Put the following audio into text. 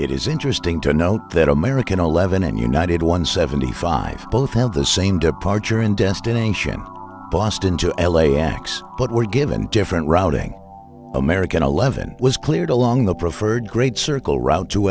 it is interesting to note that american eleven and united one seventy five both have the same departure in destination boston to l a x but were given different routing american eleven was cleared along the preferred great circle route to